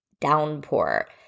downpour